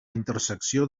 intersecció